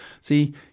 See